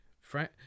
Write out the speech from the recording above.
Frank